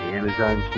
Amazon